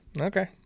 Okay